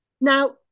Now